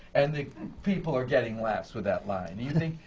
and people are getting laughs with that line, and you think,